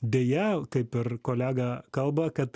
deja kaip ir kolega kalba kad